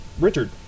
Richard